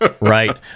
Right